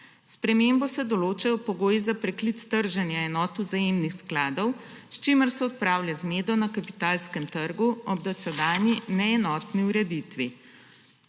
spremembo se določajo pogoji za preklic trženja enot vzajemnih skladov, s čimer se odpravlja zmedo na kapitalskem trgu ob dosedanji neenotni ureditvi.